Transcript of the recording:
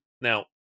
Now